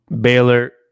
Baylor